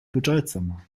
bedeutsamer